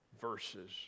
verses